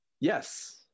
yes